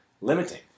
limiting